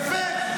יפה.